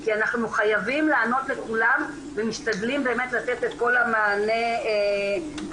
כי אנחנו חייבים לענות לכולם ומשתדלים באמת לתת את כל המענה האפשרי.